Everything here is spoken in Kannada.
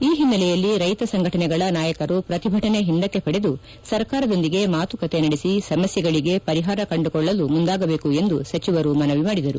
ಈ ಹಿನ್ನೆಲೆಯಲ್ಲಿ ರೈತ ಸಂಘಟನೆಗಳ ನಾಯಕರು ಪ್ರತಿಭಟನೆ ಒಂದಕ್ಕೆ ಪಡೆದು ಸರ್ಕಾರದೊಂದಿಗೆ ಮಾತುಕತೆ ನಡೆಸಿ ಸಮಸ್ನೆಗಳಿಗೆ ಪರಿಹಾರ ಕಂಡುಕೊಳ್ಳಲು ಮುಂದಾಗಬೇಕು ಎಂದು ಸಚಿವರು ಮನವಿ ಮಾಡಿದರು